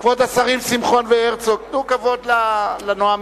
כבוד השרים שמחון והרצוג, תנו כבוד לנואמים.